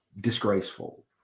disgraceful